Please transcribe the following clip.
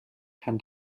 kann